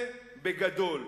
זה בגדול.